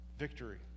victory